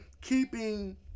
keeping